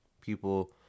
people